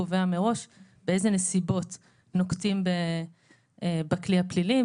הוא קובע מראש באילו נסיבות נוקטים בכלי הפלילי,